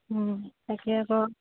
তাকে আকৌ